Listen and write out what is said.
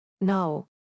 No